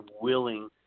willing